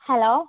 hello